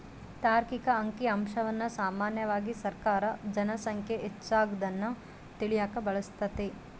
ತಾರ್ಕಿಕ ಅಂಕಿಅಂಶವನ್ನ ಸಾಮಾನ್ಯವಾಗಿ ಸರ್ಕಾರ ಜನ ಸಂಖ್ಯೆ ಹೆಚ್ಚಾಗದ್ನ ತಿಳಿಯಕ ಬಳಸ್ತದೆ